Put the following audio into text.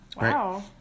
Wow